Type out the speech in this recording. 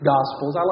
Gospels